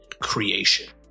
creation